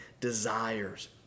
desires